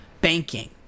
banking